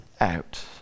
out